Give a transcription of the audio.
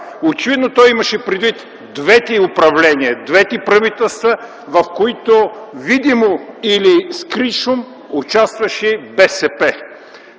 Очевидно той имаше предвид двете управления, двете правителства, в които видимо или скришом участваше БСП.